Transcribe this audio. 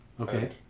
Okay